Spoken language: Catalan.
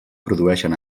produeixen